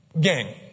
Gang